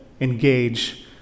engage